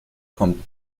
kommt